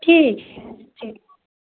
ठीक है ठीक